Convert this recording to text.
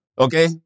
okay